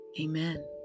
Amen